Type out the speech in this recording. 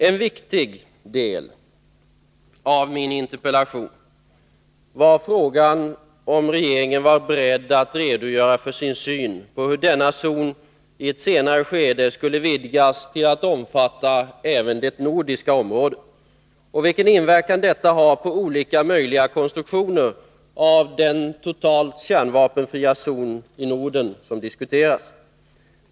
En viktig del av min interpellation var frågan om regeringen var beredd att redogöra för sin syn på hur denna zon i ett senare skede skulle vidgas till att omfatta även det nordiska området, och vilken inverkan detta har på olika möjliga konstruktioner av en totalt kärnvapenfri zon i Norden som diskuterades.